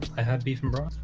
i have beefing bro